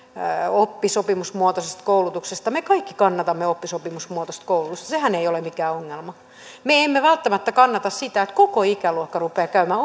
oppisopimusmuotoisesta koulutuksesta me kaikki kannatamme oppisopimusmuotoista koulutusta sehän ei ole mikään ongelma me emme välttämättä kannata sitä että koko ikäluokka rupeaa käymään